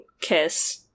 kiss